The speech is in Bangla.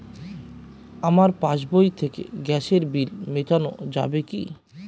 আমার পাসবই থেকে গ্যাসের বিল মেটানো যাবে কি?